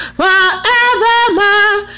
forevermore